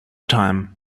time